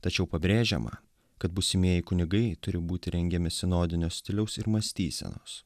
tačiau pabrėžiama kad būsimieji kunigai turi būti rengiami sinodinio stiliaus ir mąstysenos